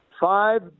Five